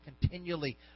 continually